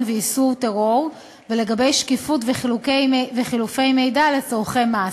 ואיסור טרור ולגבי שקיפות וחילופי מידע לצורכי מס.